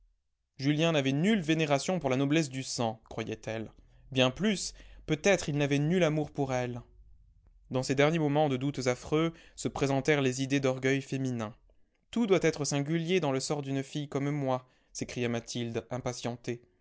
julien n'avait nulle vénération pour la noblesse du sang croyait-elle bien plus peut-être il n'avait nul amour pour elle dans ces derniers moments de doutes affreux se présentèrent les idées d'orgueil féminin tout doit être singulier dans le sort d'une fille comme moi s'écria mathilde impatientée